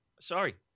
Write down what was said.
Sorry